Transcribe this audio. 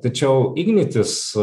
tačiau ignitis